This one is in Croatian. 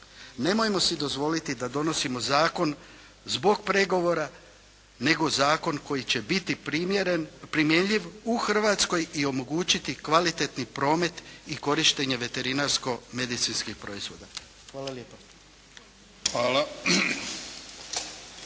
Nemojmo si dozvoliti da donosimo zakon zbog pregovora nego zakon koji će biti primjeren, primjenjiv u Hrvatskoj i omogućiti kvalitetni promet i korištenje veterinarsko-medicinskih proizvoda. Hvala lijepa.